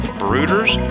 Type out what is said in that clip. brooders